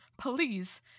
please